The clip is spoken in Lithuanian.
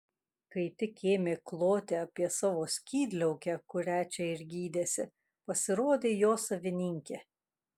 kai tik ėmė kloti apie savo skydliaukę kurią čia ir gydėsi pasirodė jo savininkė